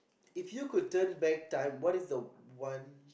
if you could turn back time what is the one